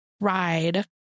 ride